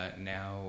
now